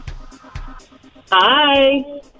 Hi